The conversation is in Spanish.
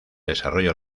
desarrollo